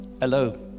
hello